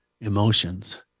emotions